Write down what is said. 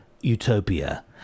Utopia